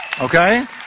Okay